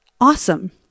awesome